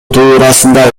туурасында